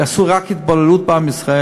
יעשו רק התבוללות בעם ישראל.